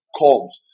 combs